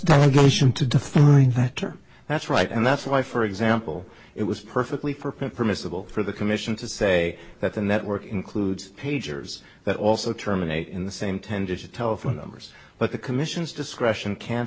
ovation to define that term that's right and that's why for example it was perfectly for permissible for the commission to say that the network includes pagers that also terminate in the same ten digit telephone numbers but the commission's discretion can't